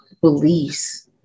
beliefs